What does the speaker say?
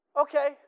okay